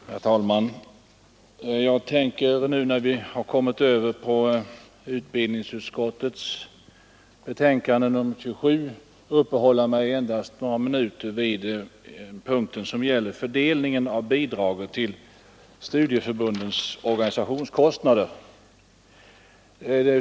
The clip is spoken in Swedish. Herr talman! Jag tänker uppehålla mig några minuter vid den del av utbildningsutskottets betänkande nr 27 som gäller fördelningen av bidraget till studieförbundens organisationskostnader.